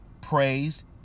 praise